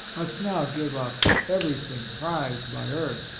must now give up everything prized by earth,